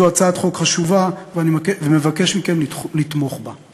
זו הצעת חוק חשובה, ואני מבקש מכם לתמוך בה.